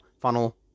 funnel